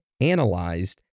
analyzed